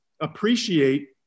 appreciate